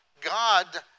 God